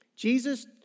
Jesus